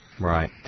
Right